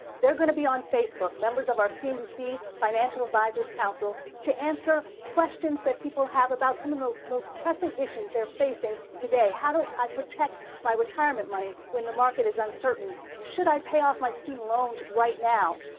they're going to be on facebook, members of our cnbc financial advisers council, to answer questions that people have about some of the most pressing issues they're facing today how do i protect my retirement money when the market is uncertain. should i pay off my student loans right now?